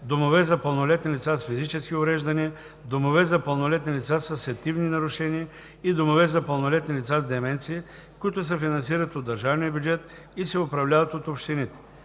домове за пълнолетни лица с физически увреждания, домове за пълнолетни лица със сетивни нарушения и домове за пълнолетни лица с деменция, които се финансират от държавния бюджет и се управляват от общините.